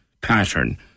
pattern